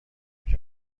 کجا